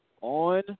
on